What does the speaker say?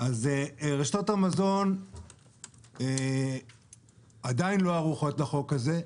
רשתות המזון עדיין לא ערוכות לחוק הזה.